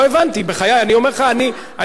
לא הבנתי, בחיי, אני אומר לך, הממשלה,